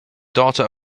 daughter